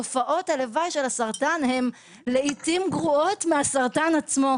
תופעות הלוואי של הסרטן הן לעיתים גרועות מהסרטן עצמו,